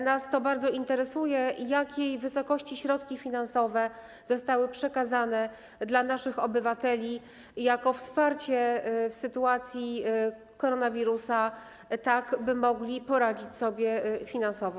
Nas bardzo interesuje to, jakiej wysokości środki finansowe zostały przekazane dla naszych obywateli jako wsparcie w sytuacji koronawirusa, tak by mogli poradzić sobie finansowo.